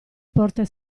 porte